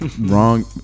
wrong